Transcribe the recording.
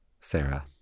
Sarah